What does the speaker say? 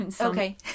Okay